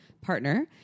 partner